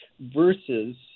versus